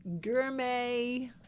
gourmet